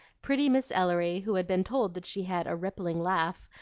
pretty miss ellery, who had been told that she had a rippling laugh,